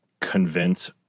convince